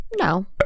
No